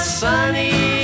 sunny